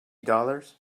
dollars